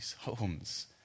homes